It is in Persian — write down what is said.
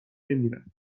نمیرم